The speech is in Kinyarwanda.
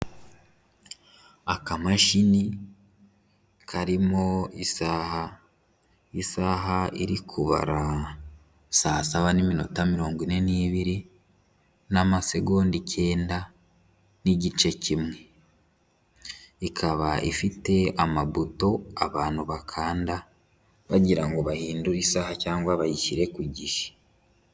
Akamashini karimo isaha, isaha iri kubara saa saba n'iminota mirongo ine n'ibiri n'amasegonda icyenda n'igice kimwe, ikaba ifite amabuto abantu bakanda bagira ngo bahindure isaha cyangwa bayishyire ku gihe.